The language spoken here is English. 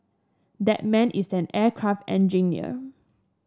that man is an aircraft engineer